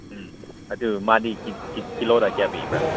ꯎꯝ ꯑꯗꯨ ꯃꯥꯗꯤ ꯀꯤꯂꯣꯗ ꯀꯌꯥ ꯄꯤꯕ꯭ꯔꯥ